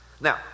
Now